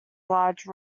large